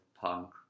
Punk